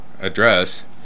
address